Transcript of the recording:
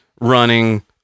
running